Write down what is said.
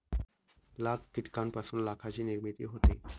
लाख कीटकांपासून लाखाची निर्मिती होते